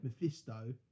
Mephisto